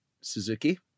Suzuki